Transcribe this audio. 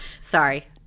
Sorry